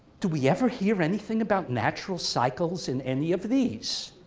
do we ever hear anything about natural cycles in any of these?